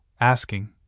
asking